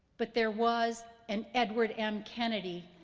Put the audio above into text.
but there was an edward m. kennedy,